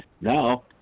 now